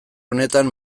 honetan